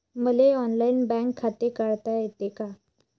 मले online bank खाते काढता येते का?